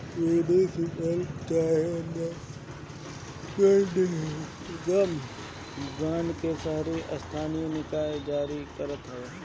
municipal चाहे नगर निगम बांड के शहरी स्थानीय निकाय जारी करत हवे